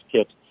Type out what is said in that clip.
kits